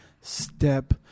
step